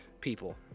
people